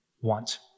want